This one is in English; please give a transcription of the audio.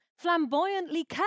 Flamboyantly